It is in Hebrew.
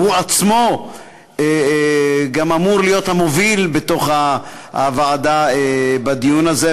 והוא עצמו גם אמור להיות המוביל בתוך הוועדה בדיון הזה.